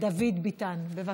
דוד ביטן, בבקשה.